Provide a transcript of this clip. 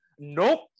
nope